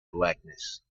blackness